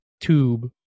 tube